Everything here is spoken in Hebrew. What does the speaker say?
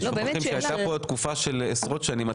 הייתה כאן תקופה של עשרות שנים.